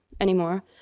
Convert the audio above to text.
anymore